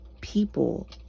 people